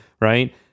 Right